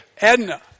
Edna